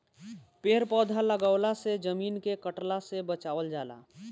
पेड़ पौधा लगवला से जमीन के कटला से बचावल जाला